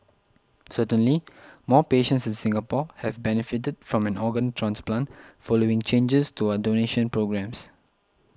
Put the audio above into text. certainly more patients in Singapore have benefited from an organ transplant following changes to our donation programmes